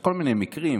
כל מיני מקרים,